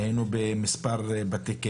היינו במספר בתי כלא,